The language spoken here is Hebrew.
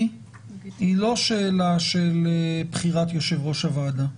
היא לא שאלה של בחירת יושב-ראש הוועדה.